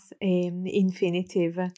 infinitive